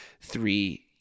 three